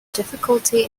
difficulty